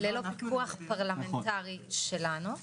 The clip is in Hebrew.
ללא פיקוח פרלמנטרי שלנו,